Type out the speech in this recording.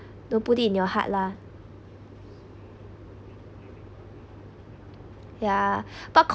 don't put it in your heart lah yeah but